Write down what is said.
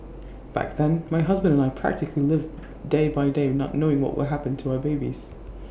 back then my husband and I practically lived day by day not knowing what will happen to our babies